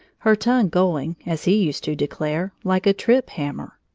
her tongue going, as he used to declare like a trip-hammer.